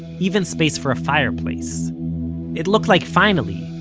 even space for a fireplace it looked like finally,